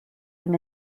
them